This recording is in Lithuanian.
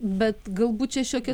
bet galbūt čia šiokia